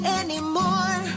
anymore